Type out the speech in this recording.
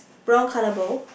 brown colour bowl